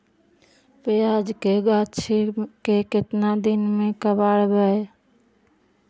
प्याज के गाछि के केतना दिन में कबाड़बै?